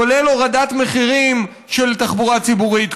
כולל הורדת מחירים של תחבורה ציבורית,